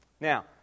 Now